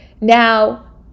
now